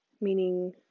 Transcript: meaning